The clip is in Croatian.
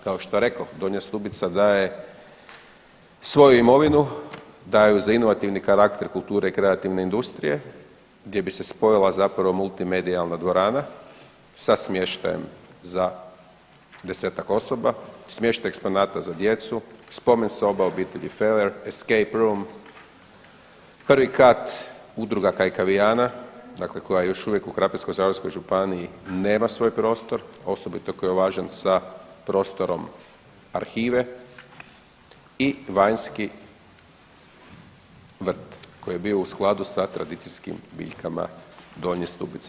Kao što rekoh, Donja Stubica daje svoju imovinu, daju za inovativni karakter kulture i kreativne industrije gdje bi se spojila zapravo multimedijalna dvorana sa smještajem za 10-tak osoba, smještaj eksponata za djecu, spomen soba obitelji Feller, escape room, prvi kat Udruga Kajkavijana, dakle koja još uvijek i Krapinsko-zagorskoj županiji nema svoj prostor osobito koji je važan sa prostorom arhive i vanjski vrt koji bi bio u skladu sa tradicijskim biljkama Donje Stubice.